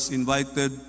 invited